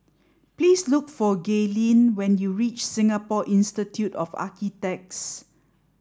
please look for Gaylene when you reach Singapore Institute of Architects